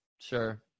Sure